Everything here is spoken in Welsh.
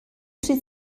pryd